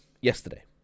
yesterday